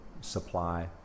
supply